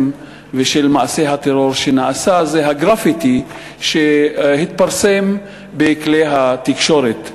ושל מעשי הטרור שנעשו זה הגרפיטי שהתפרסם בכלי התקשורת.